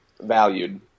valued